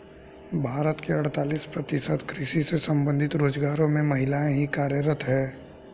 भारत के अड़तालीस प्रतिशत कृषि से संबंधित रोजगारों में महिलाएं ही कार्यरत हैं